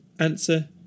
Answer